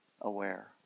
aware